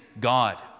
God